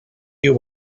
you